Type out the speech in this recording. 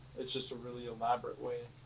it's just a really elaborate way.